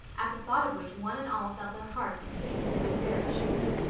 at the thought of which one and all felt their hearts sink into their very shoes.